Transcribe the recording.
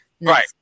Right